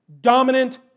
Dominant